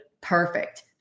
perfect